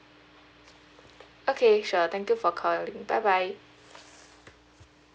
okay sure thank you for calling bye bye